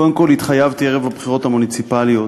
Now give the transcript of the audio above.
קודם כול, התחייבתי ערב הבחירות המוניציפליות,